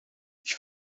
ich